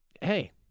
hey